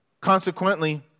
Consequently